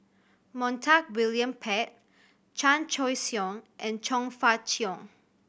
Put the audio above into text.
Montague William Pett Chan Choy Siong and Chong Fah Cheong